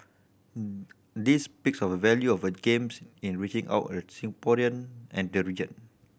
this speaks of a value of a Games in reaching out a Singaporean and the region